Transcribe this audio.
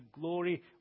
glory